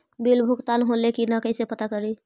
Bill भुगतान होले की न कैसे पता करी?